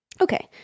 okay